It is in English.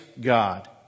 God